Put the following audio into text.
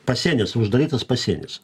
pasienis uždarytas pasienis